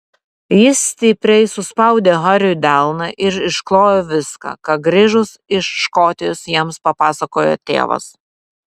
ji stipriai suspaudė hariui delną ir išklojo viską ką grįžus iš škotijos jiems papasakojo tėvas